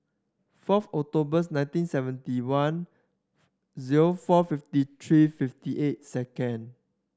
forth Octobers nineteen seventy one zero four fifty three fifty eight second